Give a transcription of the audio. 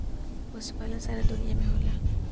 पशुपालन सारा दुनिया में होला